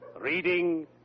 reading